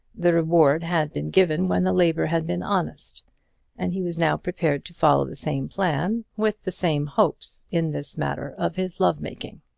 the reward had been given when the labour had been honest and he was now prepared to follow the same plan, with the same hopes, in this matter of his love-making.